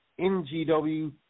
NGW